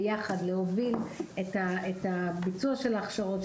ביחד להוביל את הביצוע של ההכשרות,